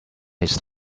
his